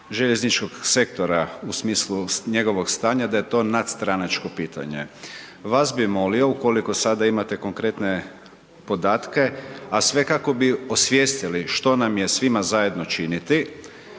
željezničkog sektora u smislu njegovog stanja da je to nadstranačko pitanje. Vas bi molio ukoliko sada imate konkretne podatke, a sve kako bi osvijestili što nam je svima zajedno činiti,